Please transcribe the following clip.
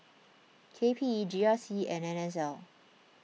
K P E G R C and N S L